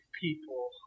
people